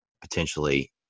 potentially